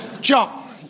jump